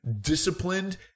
disciplined